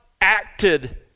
acted